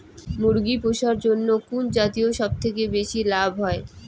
মুরগি পুষার জন্য কুন জাতীয় সবথেকে বেশি লাভ হয়?